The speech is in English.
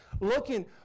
looking